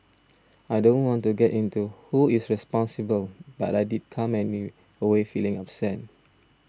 I don't want to get into who is responsible but I did come away feeling upset